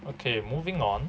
okay moving on